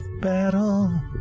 battle